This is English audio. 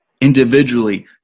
individually